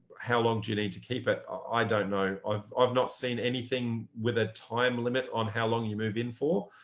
how long do you need to keep it? i don't know. i've i've not seen anything. with a time limit on how long you move in for,